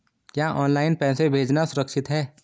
क्या ऑनलाइन पैसे भेजना सुरक्षित है?